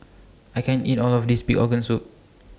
I can't eat All of This Pig Organ Soup